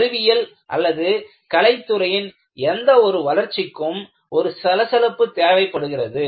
அறிவியல் அல்லது கலைத் துறையின் எந்தவொரு வளர்ச்சிக்கும் ஒரு சலசலப்பு தேவைப்படுகிறது